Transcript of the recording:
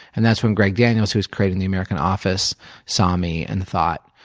and that's when greg daniels, who was creating the american office saw me and thought,